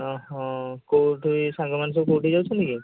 ଅହ କେଉଁଠି ସାଙ୍ଗ ମାନେ ସବୁ କେଉଁଠିକି ଯାଉଛନ୍ତି କି